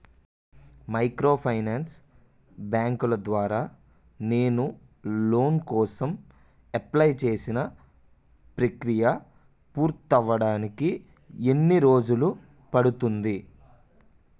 Microfinance బ్యాంకుల ద్వారా నేను లోన్ కోసం అప్లయ్ చేసిన ప్రక్రియ పూర్తవడానికి ఎన్ని రోజులు పడుతుంది?